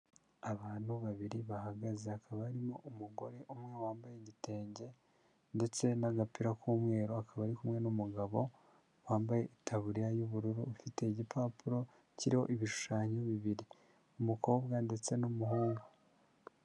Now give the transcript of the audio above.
Abantu babiri bahagaze. Hakaba harimo umugore umwe wambaye igitenge ndetse n'agapira k'umweru, akaba ari kumwe n'umugabo wambaye ikaburiya y'ubururu ufite igipapuro kiriho ibishushanyo bibiri, umukobwa ndetse n'umuhungu.